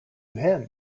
him